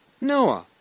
Noah